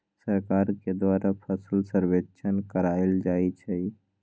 सरकार के द्वारा फसल सर्वेक्षण करायल जाइ छइ